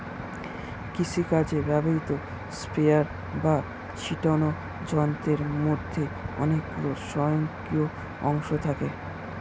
কৃষিকাজে ব্যবহৃত স্প্রেয়ার বা ছিটোনো যন্ত্রের মধ্যে অনেকগুলি স্বয়ংক্রিয় অংশ থাকে